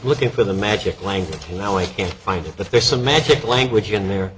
looking for the magic language now i can't find it but there's some magic language in there